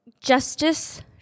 justice